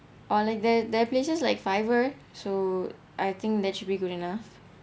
or like there there places like fiver so I think that should be good enough